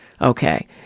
Okay